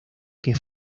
que